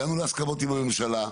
הגענו להסכמות עם הממשלה,